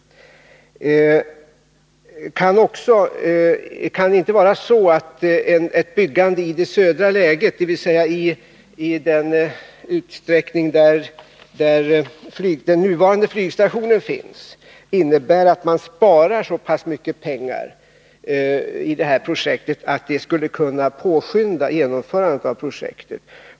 Kan det inte vara så att ett byggande i det södra läget, dvs. i anslutning till den nuvarande flygstationen, innebär att man sparar så pass mycket pengar i detta projekt att det skulle kunna påskynda genomförandet av projektet?